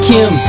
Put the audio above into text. Kim